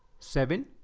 seven.